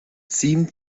seemed